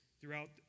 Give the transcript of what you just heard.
throughout